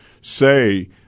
say